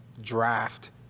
draft